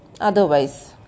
otherwise